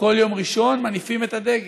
בכל יום ראשון מניפים את הדגל.